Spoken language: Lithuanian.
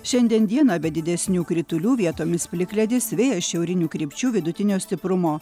šiandien dieną be didesnių kritulių vietomis plikledis vėjas šiaurinių krypčių vidutinio stiprumo